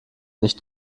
nicht